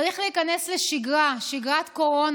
צריך להיכנס לשגרה, שגרת קורונה.